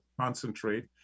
concentrate